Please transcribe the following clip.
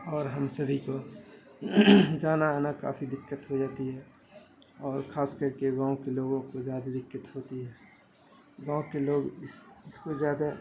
اور ہم سبھی کو جانا آنا کافی دقت ہوجاتی ہے اور خاص کر کے گاؤں کے لوگوں کو زیادہ دقت ہوتی ہے گاؤں کے لوگ اس اس کو زیادہ